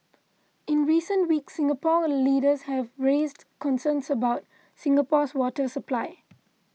in recent weeks Singapore leaders have raised concerns about Singapore's water supply